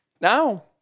now